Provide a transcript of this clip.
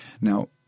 Now